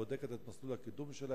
בודקת את מסלול הקידום בה,